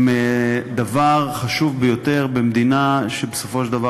הם דבר חשוב ביותר במדינה שבסופו של דבר